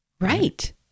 Right